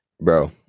bro